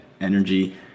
energy